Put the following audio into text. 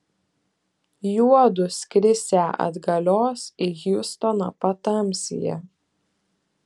juodu skrisią atgalios į hjustoną patamsyje